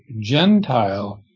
Gentile